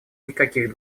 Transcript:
никаких